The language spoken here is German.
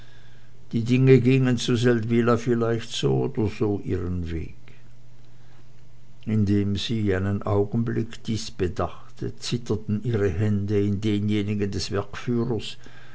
die dinge gingen zu seldwyla vielleicht so oder so ihren weg indem sie einen augenblick dies bedachte zitterten ihre hände in denjenigen des